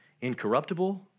incorruptible